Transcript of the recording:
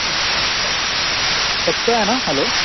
ठीक आहे चालेल चालेल फक्त आहे ना हॅलो